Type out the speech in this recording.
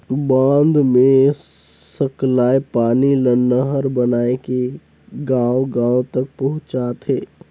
बांध मे सकलाए पानी ल नहर बनाए के गांव गांव तक पहुंचाथें